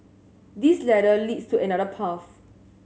this ladder leads to another path